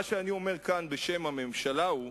מה שאני אומר כאן בשם הממשלה הוא,